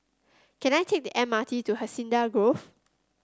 can I take the M R T to Hacienda Grove